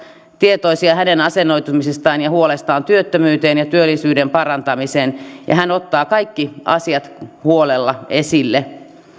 tietoisia hänen asennoitumisestaan ja huolestaan liittyen työttömyyteen ja työllisyyden parantamiseen hän ottaa kaikki asiat huolella esille